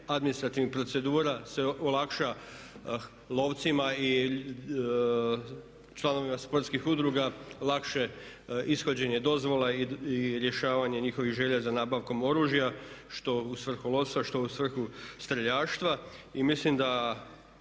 administrativnih procedura se olakša lovcima i članovima sportskih udruga lakše ishođenje dozvola i rješavanje njihovih želja za nabavkom oružja što u svrhu lovstva, što u svrhu streljaštva.